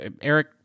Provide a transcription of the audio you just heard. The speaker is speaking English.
Eric